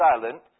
silent